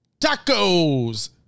tacos